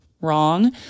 wrong